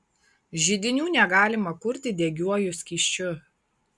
židinių negalima kurti degiuoju skysčiu